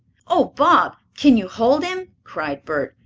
oh, bob, can you hold him? cried bert.